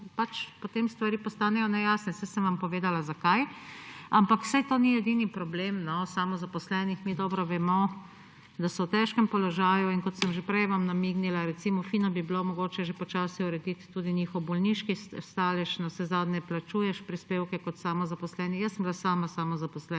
Pač potem stvari postanejo nejasne, saj sem vam povedala, zakaj. Ampak saj to ni edini problem samozaposlenih. Mi dobro vemo, da so v težkem položaju, in kot sem vam že prej namignila, recimo fino bi bilo mogoče že počasi urediti tudi njihov bolniški stalež, navsezadnje plačuješ prispevke kot samozaposleni. Jaz sem bila sama samozaposlena